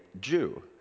Jew